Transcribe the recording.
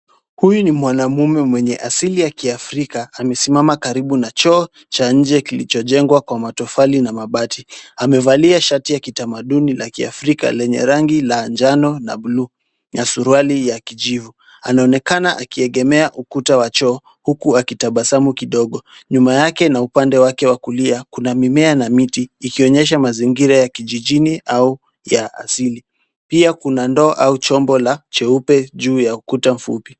Huyu ni mwanaume mwenye asili ya kiafrika amesimama karibu na choo cha nje kilicho jengwa kwa matofali na mabati. Amevalia shati ya kitamaduni la kiafrika lenye rangi ya njano na buluu na suruali ya kijivu .Anaonekana akiegemea ukuta wa choo huku akitabasamu kidogo. Nyuma yake na upande wake wa kulia kuna mimea na miti ikionyesha mazingira ya kijijini au ya asili, pia kuna ndoo au chombo la cheupe juu ya ukuta fupi.